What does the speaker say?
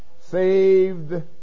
saved